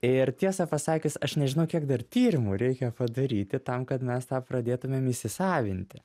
ir tiesą pasakius aš nežinau kiek dar tyrimų reikia padaryti tam kad mes tą pradėtumėm įsisavinti